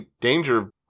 danger